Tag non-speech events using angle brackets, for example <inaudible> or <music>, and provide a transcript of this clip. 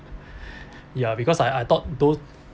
<breath> ya because I I thought those